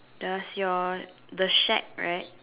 does your the shack right